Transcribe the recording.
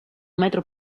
metro